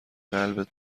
قلبت